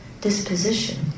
disposition